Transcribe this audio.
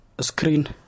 screen